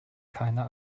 keine